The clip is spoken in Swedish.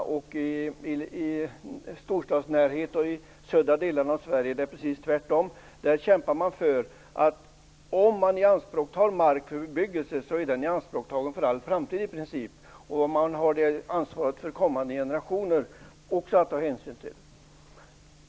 I närheten av storstäder och i södra delarna av landet är det precis tvärtom. Där kämpar man för att all mark som tas i anspråk för bebyggelse skall vara i anspråktagen för all framtid. Man har också ansvaret för kommande generationer att ta hänsyn till.